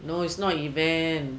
no is not event